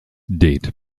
date